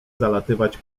zalatywać